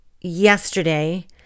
yesterday